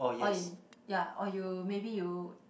ya or you maybe you